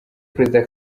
perezida